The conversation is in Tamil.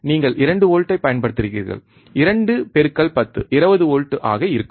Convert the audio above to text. நீங்கள் 2 வோல்ட்ஐ பயன்படுத்துகிறீர்கள் 2 பெருக்கல் 10 20 வோல்ட் ஆக இருக்கும்